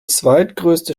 zweitgrößte